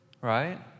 right